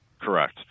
Correct